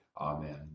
Amen